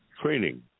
Training